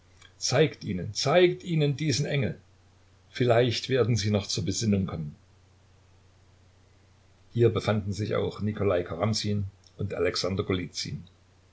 zeigt ihnen zeigt ihnen diesen engel vielleicht werden sie noch zur besinnung kommen hier befanden sich auch nikolai karamsin und